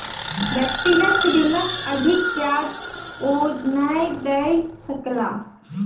व्यक्तिगत ऋणक अधिक ब्याज ओ नै दय सकला